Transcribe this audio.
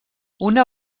una